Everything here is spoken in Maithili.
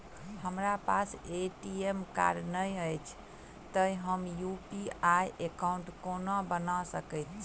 हमरा पास ए.टी.एम कार्ड नहि अछि तए हम यु.पी.आई एकॉउन्ट कोना बना सकैत छी